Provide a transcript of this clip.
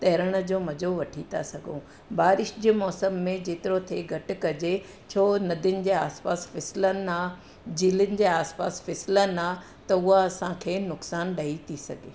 तरण जो मज़ो वठी था सघूं बारिश जे मौसम में जेतिरो थिए घटि कजे छो नदियुनि जे आसपासि फिसलन आहे झीलनि जे आसपासि फिसलन आहे त उह असांखे नुक़सान ॾेई थी सघे